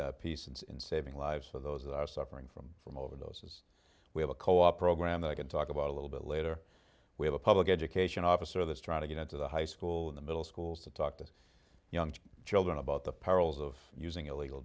piece in saving lives for those that are suffering from from overdoses we have a co op program that i can talk about a little bit later we have a public education officer that's trying to get into the high school in the middle schools to talk to young children about the perils of using illegal